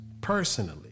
personally